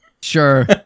Sure